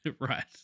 Right